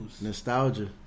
Nostalgia